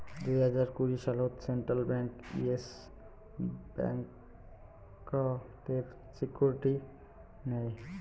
দুই হাজার কুড়ি সালত সেন্ট্রাল ব্যাঙ্ক ইয়েস ব্যাংকতের সিকিউরিটি নেয়